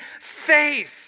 faith